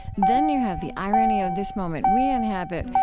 then you have the irony of this moment we inhabit,